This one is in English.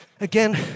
Again